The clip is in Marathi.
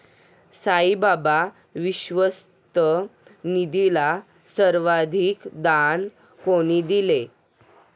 साईबाबा विश्वस्त निधीला सर्वाधिक दान कोणी दिले?